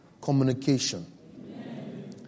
communication